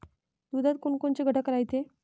दुधात कोनकोनचे घटक रायते?